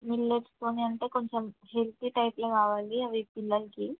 మిలెట్స్తో అంటే కొంచెం హెల్తీ టైప్లో కావాలి అవి పిల్లలకి